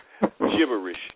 gibberish